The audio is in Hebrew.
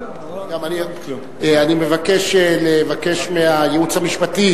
אני מבקש לבקש מהייעוץ המשפטי